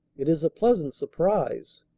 it is a pleasant surprise.